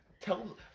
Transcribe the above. Tell